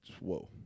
whoa